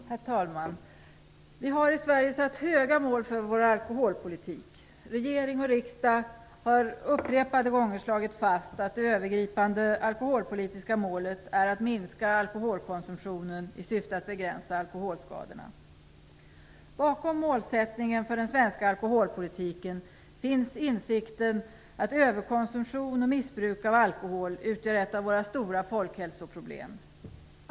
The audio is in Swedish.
Herr talman! Vi har i Sverige satt höga mål för vår alkoholpolitik. Regering och riksdag har upprepade gånger slagit fast att det övergripande alkoholpolitiska målet är att minska alkoholkonsumtionen i syfte att begränsa alkoholskadorna. Bakom målsättningen för den svenska alkoholpolitiken finns insikten att överkonsumtion och missbruk av alkohol utgör ett av våra stora folkhälsoproblem.